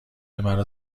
مرا